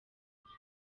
mbere